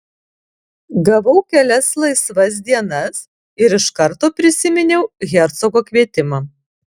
gavau kelias laisvas dienas ir iš karto prisiminiau hercogo kvietimą